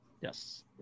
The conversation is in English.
Yes